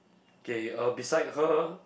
okay uh beside her